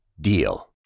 DEAL